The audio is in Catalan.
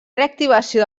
reactivació